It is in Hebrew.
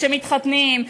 כשמתחתנים,